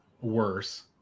worse